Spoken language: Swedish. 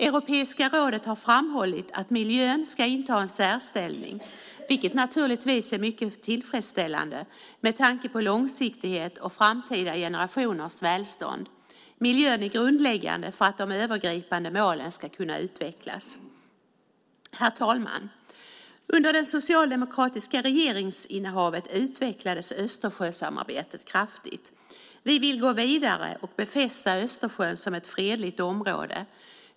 Europeiska rådet har framhållit att miljön ska inta en särställning, vilket naturligtvis är mycket tillfredsställande med tanke på långsiktighet och framtida generationers välstånd. Miljön är grundläggande för att de övergripande målen ska kunna utvecklas. Herr talman! Under det socialdemokratiska regeringsinnehavet utvecklades Östersjösamarbetet kraftigt. Vi vill gå vidare och befästa Östersjön som ett fredligt område.